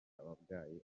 kabgayi